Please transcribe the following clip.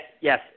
yes